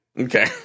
Okay